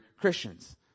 Christians